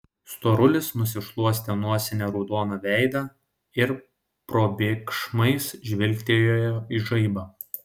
storulis nusišluostė nosine raudoną veidą ir probėgšmais žvilgtelėjo į žaibą